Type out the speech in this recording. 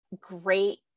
great